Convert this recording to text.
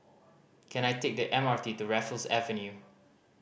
can I take the M R T to Raffles Avenue